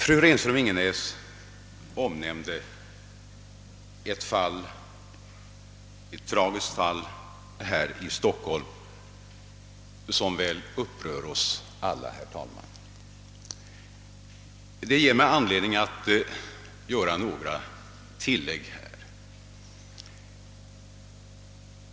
Fru Renström-Ingenäs omnämnde ett tragiskt fall här i Stockholm som väl upprör oss alla och som ger mig anledning att här tillfoga några ord.